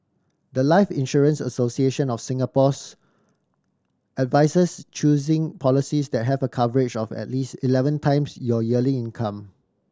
the life Insurance Association of Singapore's advises choosing policies that have a coverage of at least eleven times your yearly income